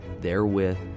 therewith